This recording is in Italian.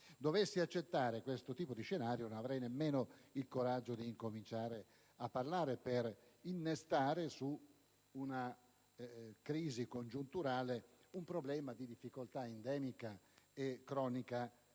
Dovessi accettare questo tipo di scenario, non avrei nemmeno il coraggio di cominciare a parlare per innestare su una crisi congiunturale un problema di difficoltà endemica e cronica